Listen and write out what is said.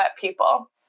people